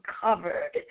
covered